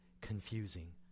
confusing